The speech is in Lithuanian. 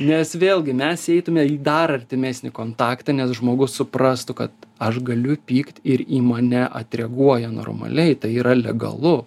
nes vėlgi mes eitume į dar artimesnį kontaktą nes žmogus suprastų kad aš galiu pykt ir į mane atreaguoja normaliai tai yra legalu